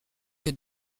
que